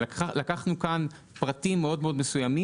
לקחנו כאן פרטים מאוד מאוד מסוימים